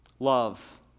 Love